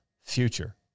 future